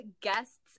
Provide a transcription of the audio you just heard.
guests